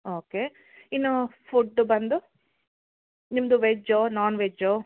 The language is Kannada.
ಓಕೆ ಇನ್ನೂ ಫುಡ್ ಬಂದು ನಿಮ್ಮದು ವೆಜ್ಜೋ ನಾನ್ ವೆಜ್ ವೆಜ್ಜೋ